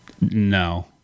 No